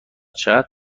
چقدر